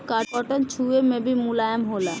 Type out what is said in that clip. cotton छुवे मे भी मुलायम होला